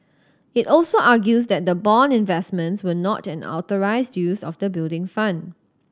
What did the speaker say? it also argues that the bond investments were not an authorised use of the Building Fund